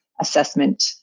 assessment